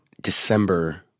December